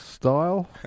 style